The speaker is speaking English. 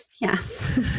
Yes